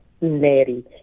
Neri